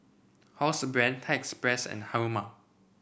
Housebrand Thai Express and Haruma